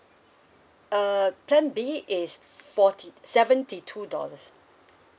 uh plan B is forty seventy two dollars